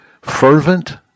Fervent